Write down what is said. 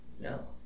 no